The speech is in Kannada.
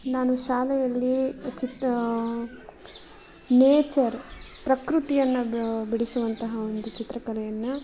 ನಾನು ಶಾಲೆಯಲ್ಲಿ ಚಿತ್ತ ನೇಚರ್ ಪ್ರಕೃತಿಯನ್ನು ಬಿಡಿಸುವಂತಹ ಒಂದು ಚಿತ್ರಕಲೆಯನ್ನು